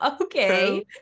okay